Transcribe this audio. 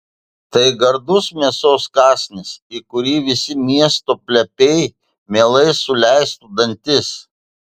tai gardus mėsos kąsnis į kurį visi miesto plepiai mielai suleistų dantis